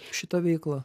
šitą veiklą